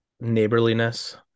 Neighborliness